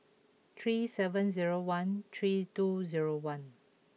three seven zero one three two zero one